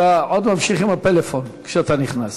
אתה עוד ממשיך עם הפלאפון כשאתה נכנס.